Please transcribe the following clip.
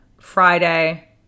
Friday